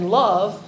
love